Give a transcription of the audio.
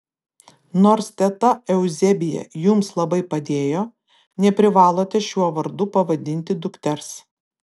nors teta euzebija jums labai padėjo neprivalote šiuo vardu pavadinti dukters